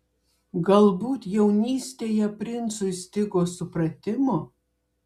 galbūt jaunystėje princui stigo supratimo